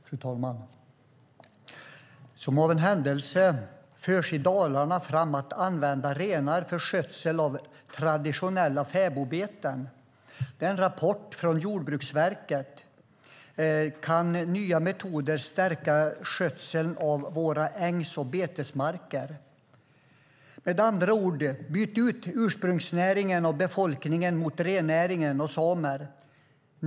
Fru talman! Som av en händelse för Jordbruksverket i rapporten Kan nya metoder stärka skötseln av våra ängs och betesmarker? fram idén att använda renar för skötsel av traditionella fäbodbeten i Dalarna. Med andra ord: Byt ut ursprungsnäringen och ursprungsbefolkningen mot rennäring och samer!